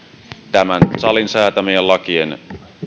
tämän salin säätämien lakien